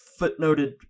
footnoted